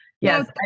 Yes